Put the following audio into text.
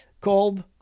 called